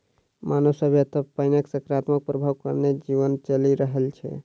मानव सभ्यता पर पाइनक सकारात्मक प्रभाव कारणेँ जीवन चलि रहल छै